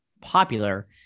popular